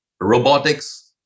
robotics